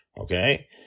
Okay